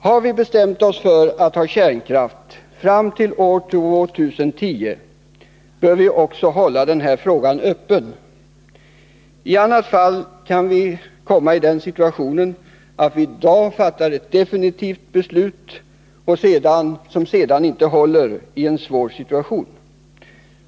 Har vi bestämt oss för att ha kärnkraft fram till år 2010, bör vi också hålla den vägen öppen. I annat fall kan vi kommaii den situationen att vi i dag fattar ett definitivt beslut som sedan inte håller i en svår situation.